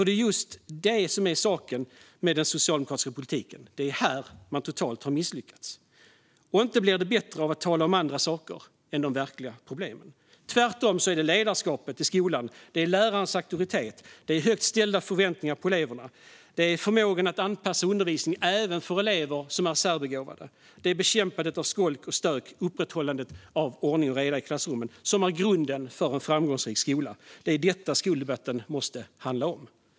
Det är just här den socialdemokratiska politiken har misslyckats totalt, och inte blir det bättre av att tala om andra saker än de verkliga problemen. Tvärtom är det ledarskapet i skolan, lärarens auktoritet, högt ställda förväntningar på eleverna, förmågan att anpassa undervisningen även för elever som är särbegåvade, bekämpandet av skolk och stök och upprätthållandet av ordning och reda i klassrummen som är grunden för en framgångsrik skola. Det är detta skoldebatten måste handla om.